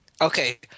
Okay